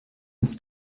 ins